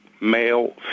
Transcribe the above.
male